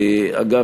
אגב,